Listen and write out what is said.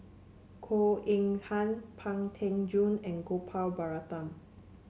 Goh Eng Han Pang Teck Joon and Gopal Baratham